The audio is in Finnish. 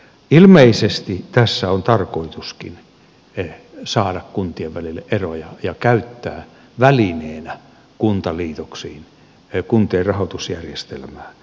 ilmeisesti tässä on tarkoituskin saada kuntien välille eroja ja käyttää välineenä kuntaliitoksiin kuntien rahoitusjärjestelmää